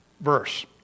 verse